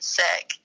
sick